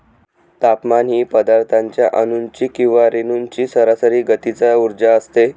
तापमान ही पदार्थाच्या अणूंची किंवा रेणूंची सरासरी गतीचा उर्जा असते